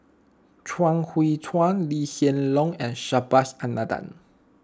Chuang Hui Tsuan Lee Hsien Loong and Subhas Anandan